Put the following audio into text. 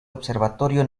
observatorio